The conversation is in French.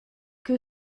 que